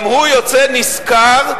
גם הוא יוצא נשכר,